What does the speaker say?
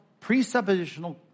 presuppositional